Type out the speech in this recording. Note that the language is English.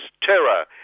terror